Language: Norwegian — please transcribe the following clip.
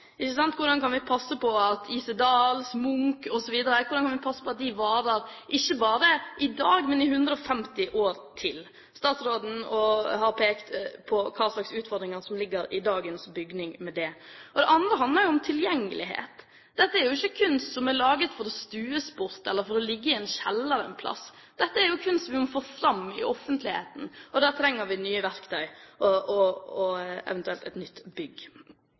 Hvordan kan vi passe på at I.C. Dahl, Munch osv. varer ikke bare i dag, men i 150 år til? Statsråden har pekt på hva slags utfordringer som ligger i dagens bygning når det gjelder det. Det andre handler om tilgjengelighet. Dette er jo ikke kunst som er laget for å stues bort, eller for å ligge i en kjeller et sted. Dette er jo kunst som vi må få fram i offentligheten, og da trenger vi nye verktøy og eventuelt et nytt bygg.